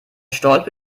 stolpe